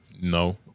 no